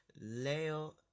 leo